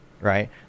Right